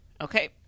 Okay